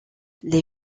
les